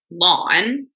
lawn